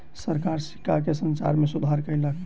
सरकार सिक्का के संरचना में सुधार कयलक